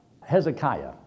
Hezekiah